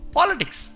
Politics